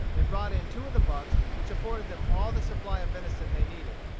they brought in two of the bucks, which afforded them all the supply of venison they needed,